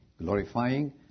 glorifying